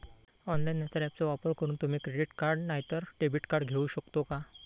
Online नाय तर ऍपचो वापर करून आम्ही क्रेडिट नाय तर डेबिट कार्ड घेऊ शकतो का?